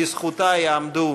לזכותה יעמדו